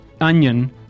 Onion